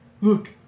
Look